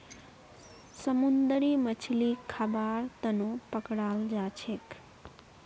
समुंदरी मछलीक खाबार तनौ पकड़ाल जाछेक